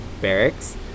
Barracks